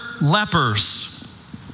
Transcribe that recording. lepers